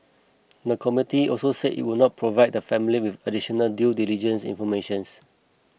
the committee also said it would not provide the family with additional due diligence informations